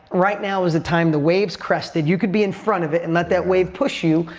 right now is the time the wave is crested. you could be in front of it and let that wave push you.